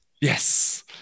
Yes